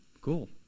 cool